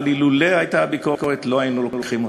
אבל אילולא הייתה הביקורת לא היינו מקבלים אותן,